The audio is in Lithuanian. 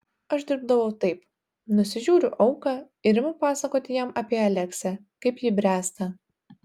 aš dirbdavau taip nusižiūriu auką ir imu pasakoti jam apie aleksę kaip ji bręsta